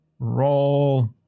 roll